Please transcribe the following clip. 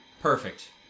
perfect